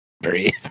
breathe